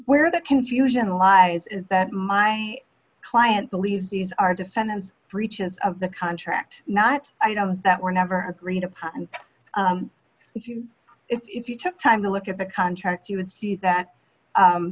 where the confusion lies is that my client believes these are defendants breaches of the contract not items that were never agreed upon and if you if you took time to look at the contract you would see that